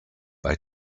bei